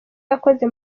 yakoze